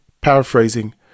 paraphrasing